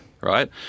right